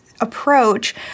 approach